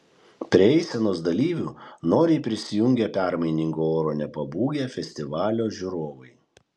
prie eisenos dalyvių noriai prisijungė permainingo oro nepabūgę festivalio žiūrovai